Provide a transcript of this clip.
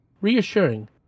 reassuring